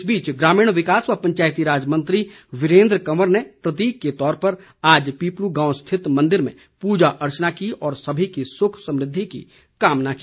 इस बीच ग्रामीण विकास व पंचायतीराज मंत्री वीरेंद्र कंवर ने प्रतिक के तौर पर आज पिपलु गांव स्थित मंदिर में पूजा अर्चना की और सभी की सुख समृद्धि की कामना की